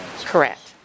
Correct